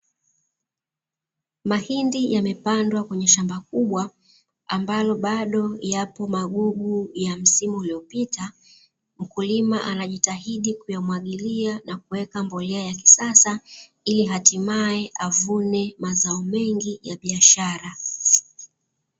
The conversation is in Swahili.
Mahindi yamepandwa kwenye shamba kubwa, ambalo bado yapo magugu ya msimu uliopita. Mkulima anajitahidi kuyamwagilia na kuweka mbolea ya kisasa, ili hatiamye avune mazao mengi ya biashara.